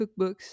cookbooks